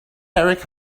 erik